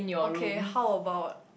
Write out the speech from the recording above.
okay how about